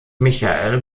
michael